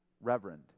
reverend